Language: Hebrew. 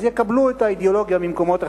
אז יקבלו את האידיאולוגיה ממקומות אחרים,